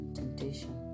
temptation